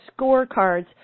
scorecards